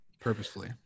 purposefully